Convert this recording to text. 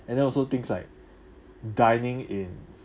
and there are also things like dining in